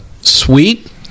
sweet